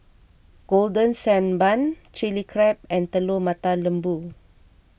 Golden Sand Bun Chilli Crab and Telur Mata Lembu